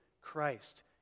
Christ